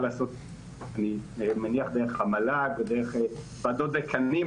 להיעשות דרך המל"ג או דרך ועדות דקאנים.